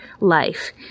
life